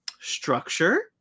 structure